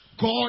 God